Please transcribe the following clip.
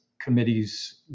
committee's